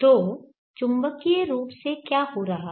तो चुंबकीय रूप से क्या हो रहा है